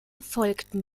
folgten